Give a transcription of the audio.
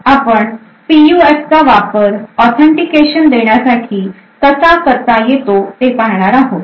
या भागात आपण पीयूएफ चा वापर ऑथेंटिकेशन देण्यासाठी कसा करता येतो ते पाहणार आहोत